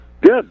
Good